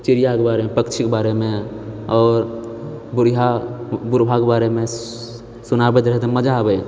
चिड़ियाके बारेमे पक्षीके बारेमे आओर बुढ़िया बुढ़बाके बारेमे सुनाबैत रहै तऽ मजा आबए